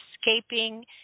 Escaping